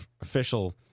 official